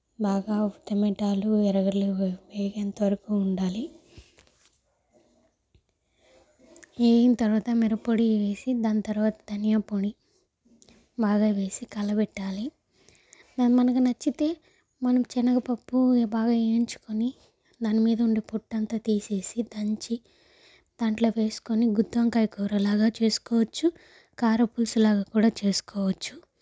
బాగా టమాటాలు ఎర్రగడ్డలు వేగేంత వరకు ఉండాలి వేగిన తర్వాత మిరప్పొడి వేసి దాని తర్వాత ధనియం పొడి బాగా వేసి కలయపెట్టాలి దాన్ని మనకి నచ్చితే మనకి శనగపప్పు బాగా వేయించుకొని దాని మీద ఉండే పొట్టంతా తీసేసి దంచి దాంట్లో వేసుకొని గుత్తి వంకాయ కూరలాగా చేసుకోవచ్చు కారపులుసులాగా కూడా చేసుకోవచ్చు